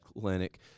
clinic